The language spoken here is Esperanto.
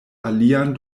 alian